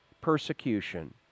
persecution